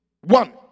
One